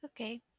Okay